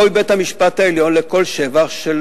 ראוי בית-המשפט העליון לכל שבח,